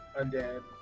Undead